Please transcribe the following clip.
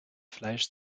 fleisch